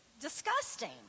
disgusting